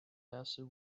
acid